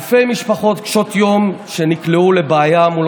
אלפי משפחות קשות יום שנקלעו לבעיה מול